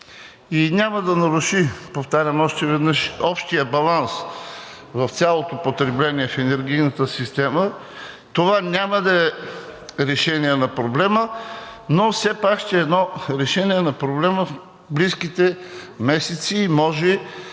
и няма да наруши, повтарям още веднъж, общия баланс в цялото потребление в енергийната система. Това няма да е решение на проблема, но все пак ще е едно решение на проблема в близките месеци. Може –